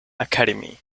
academy